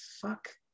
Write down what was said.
fuck